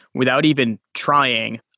without even trying,